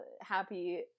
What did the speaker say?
happy